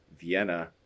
Vienna